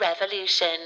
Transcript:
Revolution